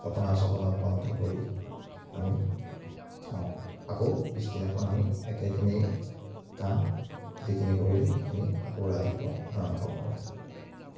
জপনা চপনা বন্ধ কৰি আমি থওঁ আকৌ পিছদিনাখন আমি একেখিনিয়েই কাম যিখিনি কৰিলোঁ সেইখিনি আকৌ ৰাতিপুৱা আৰম্ভ কৰোঁ